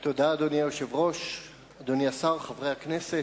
אדוני היושב-ראש, תודה, אדוני השר, חברי הכנסת,